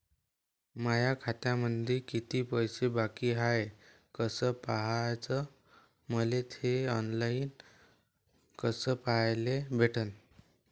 माया खात्यामंधी किती पैसा बाकी हाय कस पाह्याच, मले थे ऑनलाईन कस पाह्याले भेटन?